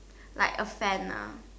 like a fan lah